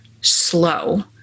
slow